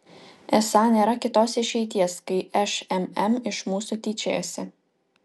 esą nėra kitos išeities kai šmm iš mūsų tyčiojasi